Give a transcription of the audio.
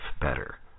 better